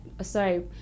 sorry